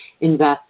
invest